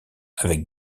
avec